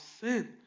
sin